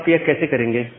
अब आप यह कैसे करेंगे